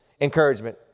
encouragement